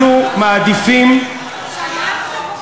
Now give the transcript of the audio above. אנחנו מעדיפים, כן, שמענו עליך.